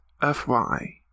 FY